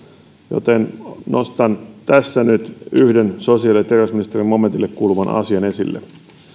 joten nostan tässä nyt yhden sosiaali momentille kuuluvan asian esille